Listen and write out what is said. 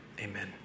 Amen